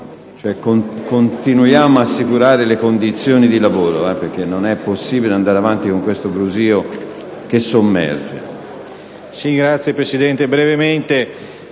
continuiamo ad assicurare le condizioni di lavoro, perché non è possibile andare avanti con questo brusìo che sommerge.